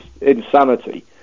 insanity